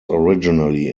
originally